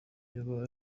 yoba